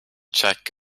check